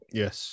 yes